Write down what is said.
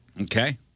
Okay